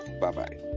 Bye-bye